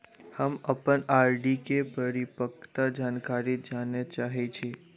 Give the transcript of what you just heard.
हम अप्पन आर.डी केँ परिपक्वता जानकारी जानऽ चाहै छी